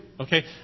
Okay